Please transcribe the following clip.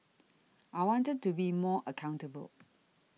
I wanted to be more accountable